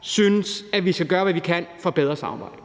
synes, at vi skal gøre, hvad vi kan for et bedre samarbejde,